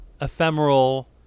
ephemeral